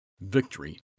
Victory